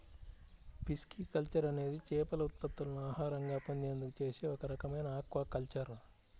pisciculture అనేది చేపల ఉత్పత్తులను ఆహారంగా పొందేందుకు చేసే ఒక రకమైన ఆక్వాకల్చర్